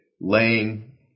laying